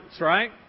right